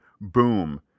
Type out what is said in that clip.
boom